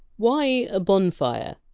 why a bonfire?